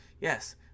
Yes